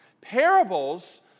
Parables